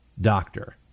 doctor